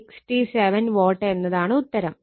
2067 Watt എന്നതാണ് ഉത്തരം